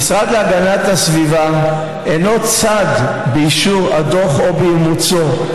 המשרד להגנת הסביבה אינו צד באישור הדוח או באימוצו.